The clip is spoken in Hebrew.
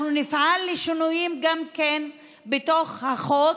אנחנו נפעל לשינויים גם בתוך החוק,